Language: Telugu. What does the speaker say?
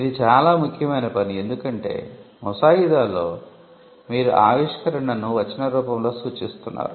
ఇది చాలా ముఖ్యం ఎందుకంటే ముసాయిదాలో మీరు ఆవిష్కరణను వచన రూపంలో సూచిస్తున్నారు